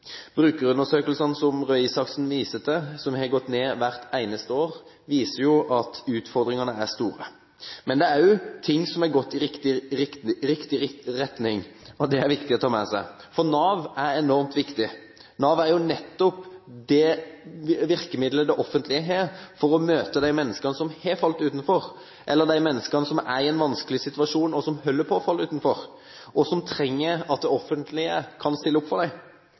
Brukerundersøkelsene som Røe Isaksen viser til, som har gått ned hvert eneste år, viser at utfordringene er store. Det er også ting som har gått i riktig retning, og det er det viktig å ta med seg. Nav er enormt viktig, Nav er nettopp det virkemidlet det offentlige har for å møte de menneskene som har falt utenfor, eller som er i en vanskelig situasjon og holder på å falle utenfor, og som trenger at det offentlige kan stille opp for